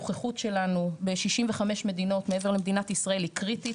הנוכחות שלנו בשישים וחמש מדינות מעבר למדינת ישראל היא קריטית.